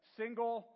single